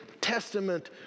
Testament